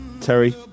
Terry